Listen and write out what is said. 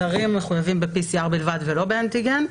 זרים מחויבים בבדיקת PCR בלבד ולא באנטיגן.